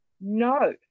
no